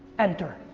enter.